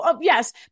yes